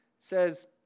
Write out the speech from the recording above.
says